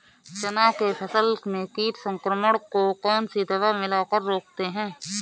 चना के फसल में कीट संक्रमण को कौन सी दवा मिला कर रोकते हैं?